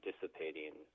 dissipating